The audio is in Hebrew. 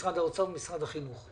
משרד האוצר ומשרד החינוך.